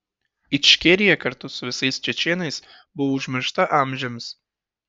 ičkerija kartu su visais čečėnais buvo užmiršta amžiams